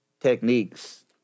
techniques